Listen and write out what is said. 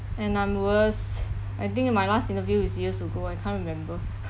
and I'm worse I think my last interview is years ago I can't remember